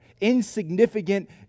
insignificant